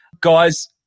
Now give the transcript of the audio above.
guys